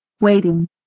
waiting